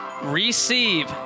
receive